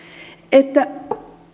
että